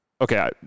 okay